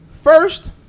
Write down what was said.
First